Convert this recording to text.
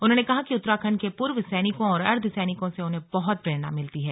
उन्होंने कहा कि उत्तराखण्ड के पूर्व सैनिकों और अर्ध सैनिकों से उन्हें बहुत प्रेरणा मिलती है